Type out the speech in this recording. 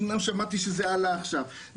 אמנם שמעתי שזה עלה עכשיו.